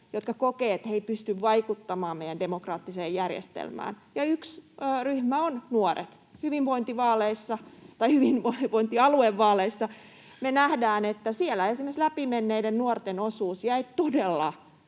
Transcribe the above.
jotka kokevat, että he eivät pysty vaikuttamaan meidän demokraattiseen järjestelmäämme. Ja yksi ryhmä on nuoret. Hyvinvointialuevaaleissa me nähtiin, että siellä esimerkiksi läpimenneiden nuorten osuus jäi todella